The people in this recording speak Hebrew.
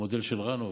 במודל של run off,